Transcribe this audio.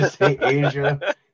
Asia